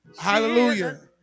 hallelujah